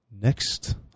next